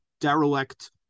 derelict